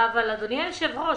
אדוני היושב-ראש,